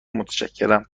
متشکرم